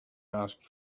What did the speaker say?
asked